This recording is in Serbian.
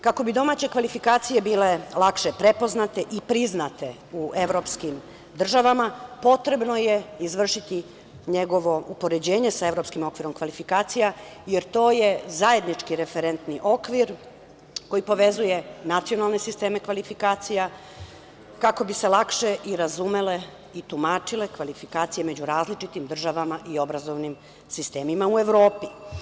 Kako bi domaće kvalifikacije bile lakše prepoznate i priznate u evropskim državama, potrebno je izvršiti njegovo upoređenje sa Evropskim okvirom kvalifikacija, jer to je zajednički referentni okvir koji povezuje nacionalne sisteme kvalifikacija, kako bi se lakše razumele i tumačile kvalifikacije među različitim državama i obrazovnim sistemima u Evropi.